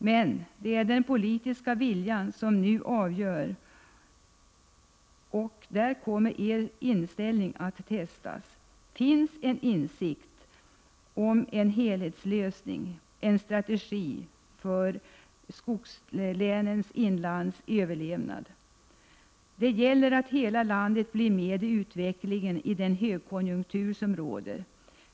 Men det är den politiska viljan som avgör, och där kommer er inställning att testas. Finns en insikt om en helhetslösning, en strategi för att skogslänen i inlandet skall överleva? Det gäller att hela landet blir med i utvecklingen i den högkonjunktur som råder.